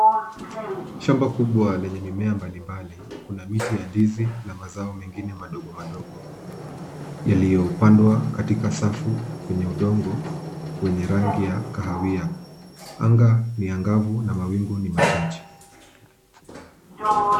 Shamba kubwa lenye mimea mbalimbali. Kuna miti ya ndizi na mazao mengine madogo madogo, yaliyopandwa katika safu kwenye udongo, wenye rangi ya kahawia. Anga ni angavu na mawingu ni machache.